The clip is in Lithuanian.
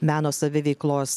meno saviveiklos